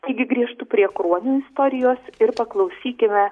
taigi grįžtu prie kruonio istorijos ir paklausykime